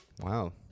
Wow